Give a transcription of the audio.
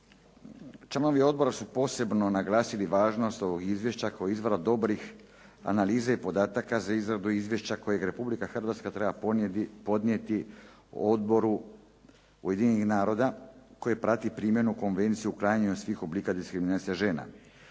Članovi odbora su posebno naglasili važnost ovog izvješća kao izvora dobrih analiza i podataka za izradu izvješća kojeg Republika Hrvatska treba podnijeti Odboru Ujedinjenih naroda koji prati primjenu Konvencije o otklanjanju svih oblika diskriminacije žena